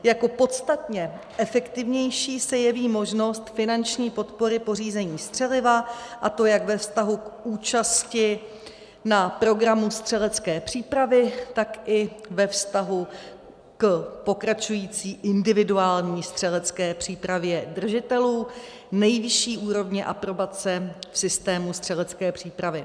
Jako podstatně efektivnější se jeví možnost finanční podpory pořízení střeliva, a to jak ve vztahu k účasti na programu střelecké přípravy, tak i ve vztahu k pokračující individuální střelecké přípravě držitelů nejvyšší úrovně aprobace v systému střelecké přípravy.